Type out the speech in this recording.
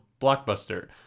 Blockbuster